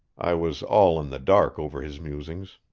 i was all in the dark over his musings.